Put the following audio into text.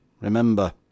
Remember